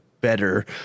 better